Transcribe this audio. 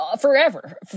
forever